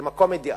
זה מקום אידיאלי,